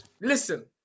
listen